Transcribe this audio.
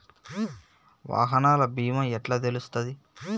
వాహనాల బీమా ఎట్ల తెలుస్తది?